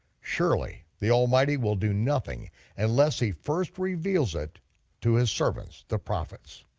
surely the almighty will do nothing unless he first reveals it to his servants, the prophets.